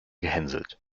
gehänselt